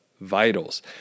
vitals